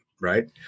right